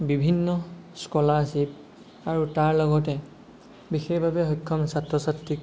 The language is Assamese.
বিভিন্ন স্কলাৰশ্বিপ আৰু তাৰ লগতে বিশেষভাৱে সক্ষম ছাত্ৰ ছাত্ৰীক